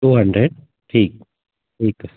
two hundred ठीकु ठीकु आहे